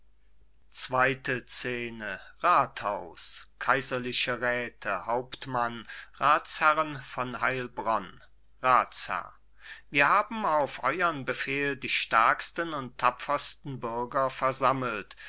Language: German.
kaiserliche räte hauptmann ratsherren von heilbronn ratsherr wir haben auf euern befehl die stärksten und tapfersten bürger versammelt